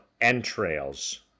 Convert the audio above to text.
entrails